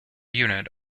unit